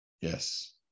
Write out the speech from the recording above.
Yes